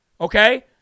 Okay